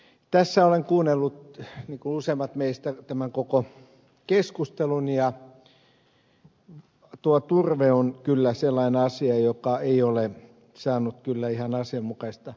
tässä olen kuunnellut niin kuin useimmat meistä tämän koko keskustelun ja turve on kyllä sellainen asia joka ei ole saanut ihan asianmukaista kohtelua